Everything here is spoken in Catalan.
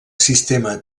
sistema